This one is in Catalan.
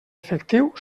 efectiu